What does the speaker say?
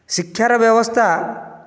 ଶିକ୍ଷାର ବ୍ୟବସ୍ଥା